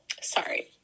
Sorry